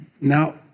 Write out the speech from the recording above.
Now